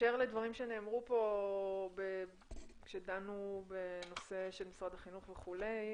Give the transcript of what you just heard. בהקשר לדברים שנאמרו פה כשדנו בנושא של משרד החינוך וכולי,